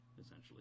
essentially